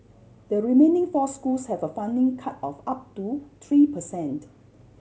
the remaining four schools have a funding cut of up to three per cent